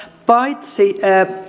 paitsi